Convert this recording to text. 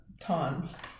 Tons